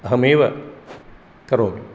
अहमेव करोमि